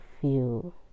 feel